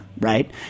right